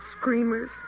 screamers